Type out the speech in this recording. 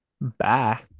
bye